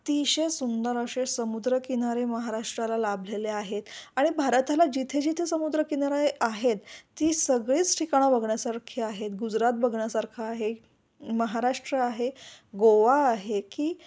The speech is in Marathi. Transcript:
अतिशय सुंदर अशे समुद्रकिनारे महाराष्ट्राला लाभलेले आहेत आणि भारताला जिथे जिथे समुद्रकिनारे आहेत ती सगळीच ठिकाणं बघण्यासारखी आहेत गुजरात बघण्यासारखं आहे महाराष्ट्र आहे गोवा आहे की